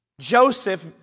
Joseph